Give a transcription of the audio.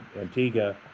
Antigua